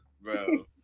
bro